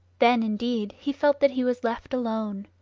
then, indeed, he felt that he was left alone.